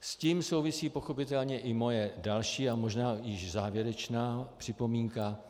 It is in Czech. S tím souvisí pochopitelně i moje další a možná již závěrečná připomínka.